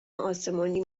آسمانی